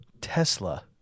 Tesla